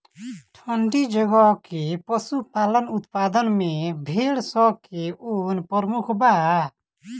ठंडी जगह के पशुपालन उत्पाद में भेड़ स के ऊन प्रमुख बा